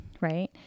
right